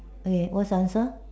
okay what is your answer